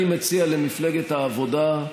אני מציע למפלגת העבודה,